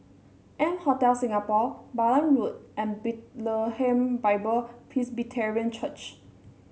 M Hotel Singapore Balam Road and Bethlehem Bible Presbyterian Church